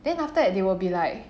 then after that they will be like